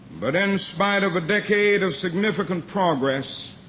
but in spite of a decade of significant progress,